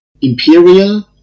imperial